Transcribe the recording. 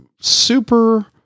super